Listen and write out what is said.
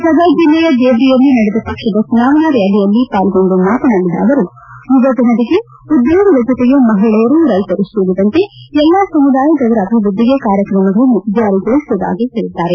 ಸಗರ್ ಜಿಲ್ಲೆಯ ದೇವ್ರಿಯಲ್ಲಿ ನಡೆದ ಪಕ್ಷದ ಚುನಾವಣಾ ರ್ನಾಲಿಯಲ್ಲಿ ಪಾಲ್ಗೊಂಡು ಮಾತನಾಡಿದ ಅವರು ಯುವಜನರಿಗೆ ಉದ್ಲೋಗದ ಜೊತೆಗೆ ಮಹಿಳೆಯರು ರೈತರು ಸೇರಿದಂತೆ ಎಲ್ಲ ಸಮುದಾಯದವರ ಅಭಿವೃದ್ದಿಗೆ ಕಾರ್ಯಕ್ರಮಗಳನ್ನು ಜಾರಿಗೊಳಿಸುವುದಾಗಿ ಹೇಳಿದ್ದಾರೆ